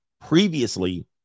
Previously